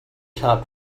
top